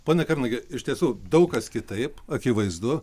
pone kernagi iš tiesų daug kas kitaip akivaizdu